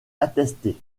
attestés